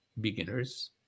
beginners